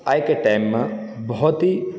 आइके टाइममे बहुत ही